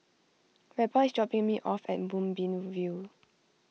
Reba is dropping me off at Moonbeam View